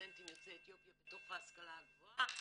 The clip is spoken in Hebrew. סטודנטים יוצאי אתיופיה בתוך ההשכלה הגבוהה,